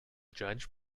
judge